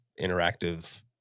interactive